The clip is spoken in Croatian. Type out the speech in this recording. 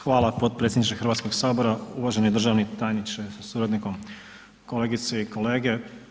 Hvala potpredsjedniče Hrvatskog sabora, uvaženi državni tajniče sa suradnikom, kolegice i kolege.